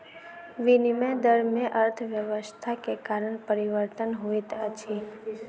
विनिमय दर में अर्थव्यवस्था के कारण परिवर्तन होइत अछि